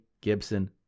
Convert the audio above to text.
Gibson